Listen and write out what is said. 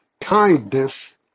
kindness